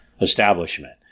establishment